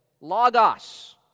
logos